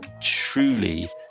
truly